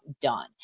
done